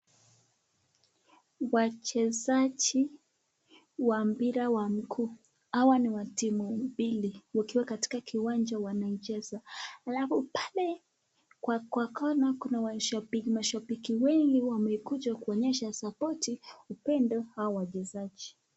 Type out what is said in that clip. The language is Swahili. Wachezaji wa mpira wa miguu. Hawa ni wa timu mbili wakiwa katika kiwanja wanaicheza. Alafu pale kwa kona kuna mashabiki wengi wamekuja kuonyesha supporti, upendo hawa wachezaji.